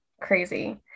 crazy